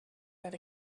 that